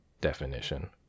Definition